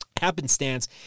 happenstance